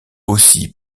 aussi